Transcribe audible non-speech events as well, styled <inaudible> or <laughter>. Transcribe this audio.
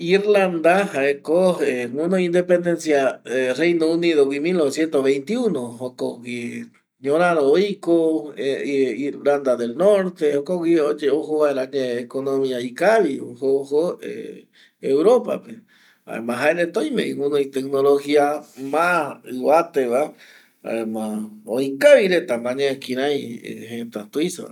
Irlanda Jaeko guinoi independencia <hesitation> reino unidogui mil noveciento veinti uno jokogui ñoraro oiko <hesitation> irlanda del norte jokogui ojo vaera añae economia ikavi ojo ojo <hesitation> europape jaema jaereta oimevi guinoi tecnologia ma ivateva jaema oikavi retama añae kirai jèta tuisavapeno